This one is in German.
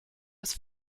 des